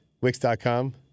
Wix.com